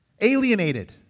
alienated